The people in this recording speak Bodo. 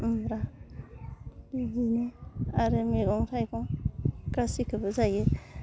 ओम रा बिदिनो आरो मैगं थाइगं गासिखौबो जायो